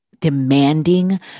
Demanding